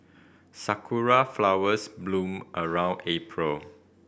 sakura flowers bloom around April